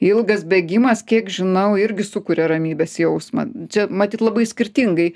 ilgas bėgimas kiek žinau irgi sukuria ramybės jausmą čia matyt labai skirtingai